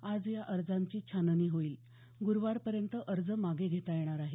आज या अर्जांची छाननी होईल ग्रूवारपर्यंत अर्ज मागे घेता येणार आहेत